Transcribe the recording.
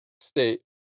state